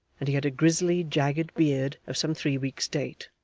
and he had a grizzly jagged beard of some three weeks' date.